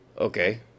Okay